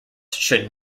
should